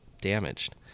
damaged